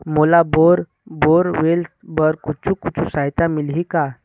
मोला bore borewells बर कुछू कछु सहायता मिलही का?